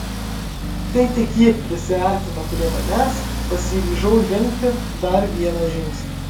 kai tik ji prisiartino prie manęs pasiryžau žengti dar vieną žingsnį